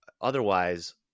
Otherwise